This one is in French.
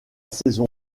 saison